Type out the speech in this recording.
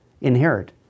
inherit